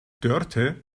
dörte